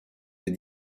des